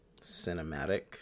cinematic